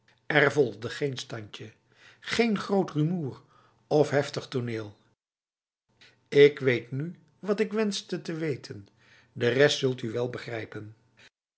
er volgde geen standje geen groot rumoer of heftig toneel ik weet nu wat ik wenste te weten de rest zult u wel begrijpenf